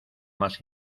más